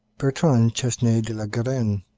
bertrand chesnay de la garenne,